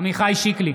עמיחי שיקלי,